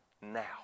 now